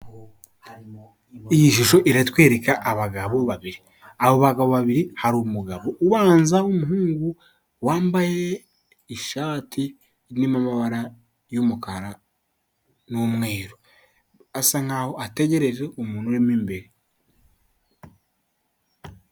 Iyi shusho iratwereka abagabo babiri, abo bagabo babiri hari umugabo ubanza w'umuhungu, wambaye ishati irimo amabara y'umukara numweru, asa nkaho ategereje umuntu urimo imbere.